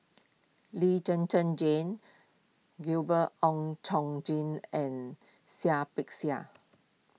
Lee Zhen Zhen Jane Gabriel Oon Chong Jin and Seah Peck Seah